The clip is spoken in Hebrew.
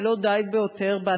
ולא די בהתקפה.